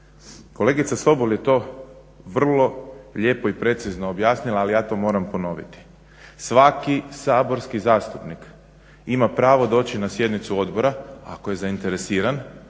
Kolegica Sobol je to vrlo lijepo i precizno objasnila ali ja to moram ponoviti. Svaki saborski zastupnik ima pravo doći na sjednicu odbora ako je zainteresiran